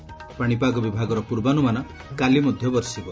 ପାଶିପାଗ ବିଭାଗର ପୂର୍ବାନୁମାନ କାଲି ମଧ୍ଧ ବର୍ଷିବ